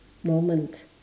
moment